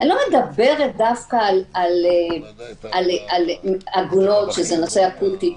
אני לא מדברת דווקא על עגונות שזה נושא אקוטי,